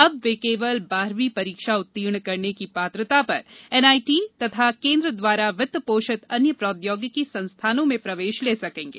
अब वे केवल बारहवीं परीक्षा उत्तीर्ण करने की पात्रता पर एनआईटी तथा केंद्र द्वारा वित्त पोषित अन्य प्रौद्योगिकी संस्थानों में प्रवेश ले सकेंगे